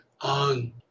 on